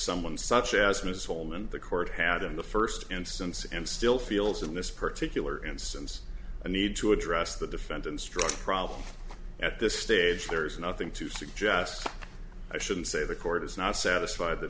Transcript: and the court had in the first instance and still feels in this particular instance a need to address the defendant's drug problem at this stage there is nothing to suggest i shouldn't say the court is not satisfied that